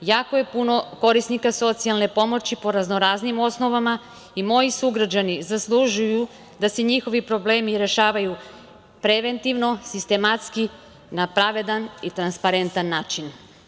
Jako je puno korisnika socijalne pomoći po raznoraznim osnovama i moji sugrađani zaslužuju da se njihovi problemi rešavaju preventivno, sistematski, na pravedan i transparentan način.